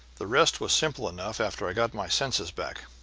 the rest was simple enough after i got my senses back.